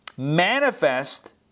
manifest